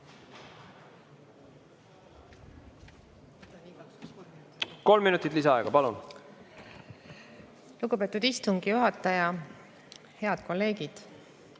Kolm minutit lisaaega. Palun! Lugupeetud istungi juhataja! Head kolleegid!